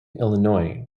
illinois